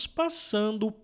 passando